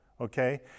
Okay